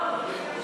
לא.